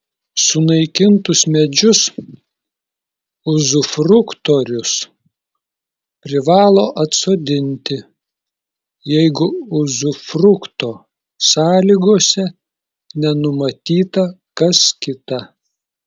sunaikintus medžius uzufruktorius privalo atsodinti jeigu uzufrukto sąlygose nenumatyta kas kita